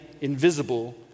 invisible